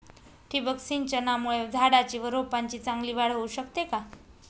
ठिबक सिंचनामुळे झाडाची व रोपांची चांगली वाढ होऊ शकते का?